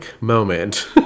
moment